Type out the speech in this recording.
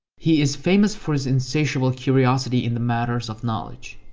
he is famous for his insatiable curiosity in the matters of knowledge.